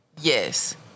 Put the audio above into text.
Yes